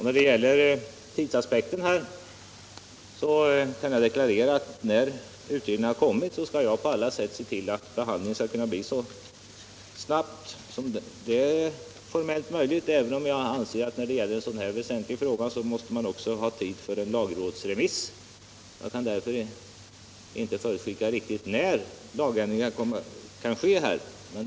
När det gäller tidsaspekten vill jag deklarera att jag, när utredningen lagt fram sitt förslag, skall se till att behandlingen blir så snabb som det är formellt möjligt, även om jag anser att man i en sådan här viktig fråga måste ha tid för en lagrådsremiss. Jag kan därför inte förutskicka när en lagändring kan komma att ske.